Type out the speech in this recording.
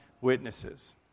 witnesses